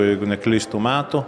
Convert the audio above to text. jeigu neklystu metų